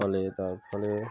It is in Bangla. ফলে তার ফলে